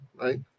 right